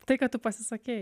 tai kad tu pasisakei